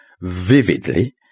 vividly